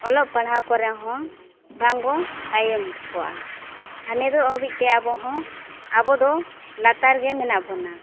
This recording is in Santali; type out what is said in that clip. ᱚᱞᱚᱜ ᱯᱟᱲᱦᱟᱣ ᱠᱚᱨᱮ ᱦᱚᱸ ᱵᱟᱝᱵᱚᱱ ᱛᱟᱭᱚᱢ ᱠᱚᱜᱼᱟ ᱟᱨ ᱱᱤᱛᱚᱜ ᱦᱟᱹᱵᱤᱡ ᱛᱮ ᱟᱵᱚ ᱦᱚᱸ ᱟᱵᱚ ᱫᱚ ᱞᱟᱛᱟᱨ ᱜᱮ ᱢᱮᱱᱟᱜ ᱵᱚᱱᱟ